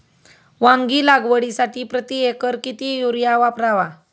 वांगी लागवडीसाठी प्रति एकर किती युरिया वापरावा?